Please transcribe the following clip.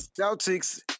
Celtics